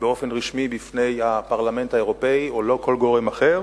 באופן רשמי בפני הפרלמנט האירופי או כל גורם אחר,